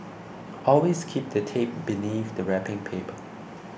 always keep the tape beneath the wrapping paper